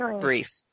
brief